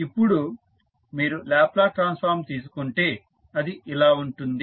ఇప్పుడు మీరు Laplace transform తీసుకుంటే అది ఇలా ఉంటుంది